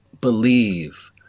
believe